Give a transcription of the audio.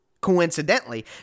coincidentally